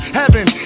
heaven